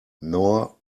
nor